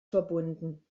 verbunden